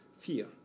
fear